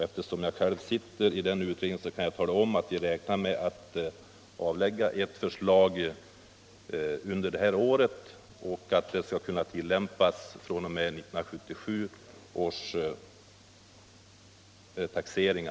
Eftersom jag själv deltar i denna utredning kan jag tala om att vi räknar med att lägga fram ett förslag under det här året som skall kunna tillämpas fr.o.m. 1977 års taxering.